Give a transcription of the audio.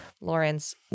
Lawrence